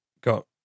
got